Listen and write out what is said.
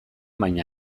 baina